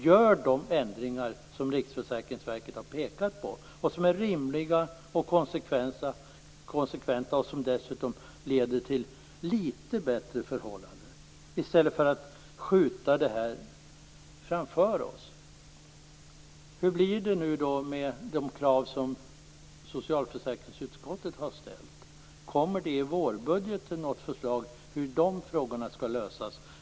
Gör de ändringar som Riksförsäkringsverket har pekat på och som är rimliga och konsekventa och som dessutom leder till litet bättre förhållanden i stället för att skjuta frågan framför er! Hur blir det med de krav som socialförsäkringsutskottet har ställt? Kommer det något förslag i vårbudgeten om hur de frågorna skall lösas?